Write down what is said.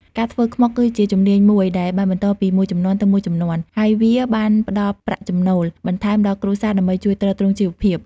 ការធ្វើខ្មុកគឺជាជំនាញមួយដែលបានបន្តពីមួយជំនាន់ទៅមួយជំនាន់ ហើយវាបានផ្តល់ប្រាក់ចំណូលបន្ថែមដល់គ្រួសារដើម្បីជួយទ្រទ្រង់ជីវភាព។